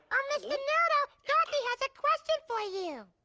um but dorothy has a question for you.